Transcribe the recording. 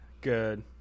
Good